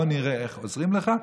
בוא נראה איך עוזרים לך.